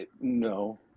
No